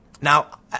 Now